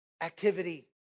activity